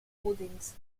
holdings